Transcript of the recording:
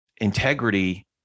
integrity